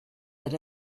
that